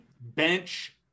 bench